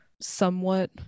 somewhat